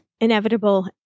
inevitable